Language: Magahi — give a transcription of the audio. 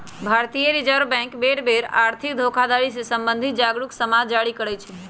भारतीय रिजर्व बैंक बेर बेर पर आर्थिक धोखाधड़ी से सम्बंधित जागरू समाद जारी करइ छै